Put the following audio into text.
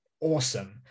awesome